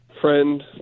friend